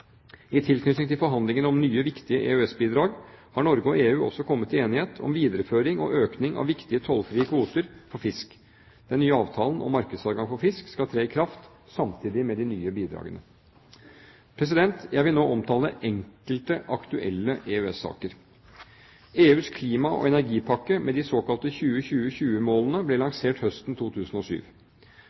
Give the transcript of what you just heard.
I tilknytning til forhandlingene om nye viktige EØS-bidrag har Norge og EU også kommet til enighet om videreføring og økning av viktige tollfrie kvoter for fisk. Den nye avtalen om markedsadgang for fisk skal tre i kraft samtidig med de nye bidragene. Jeg vil nå omtale enkelte aktuelle EØS-saker. EUs klima- og energipakke med de såkalte 20-20-20-målene ble lansert høsten 2007.